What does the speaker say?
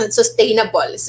sustainable